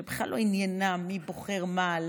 שבה בכלל לא עניין מי בוחר מה,